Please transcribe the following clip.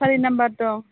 सारि number दं